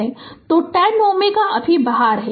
तो 10 Ω अभी बाहर है